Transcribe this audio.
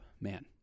man